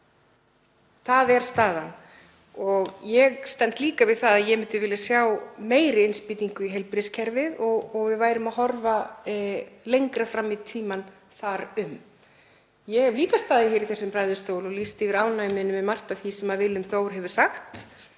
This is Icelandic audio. Það er staðan. Ég stend líka við það að ég myndi vilja sjá meiri innspýtingu í heilbrigðiskerfið og við værum að horfa lengra fram í tímann þar. Ég hef líka staðið hér í þessum ræðustól og lýst yfir ánægju minni með margt af því sem hæstv.